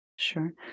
Sure